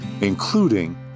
Including